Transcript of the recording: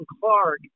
Clark